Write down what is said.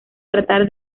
tratar